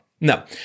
No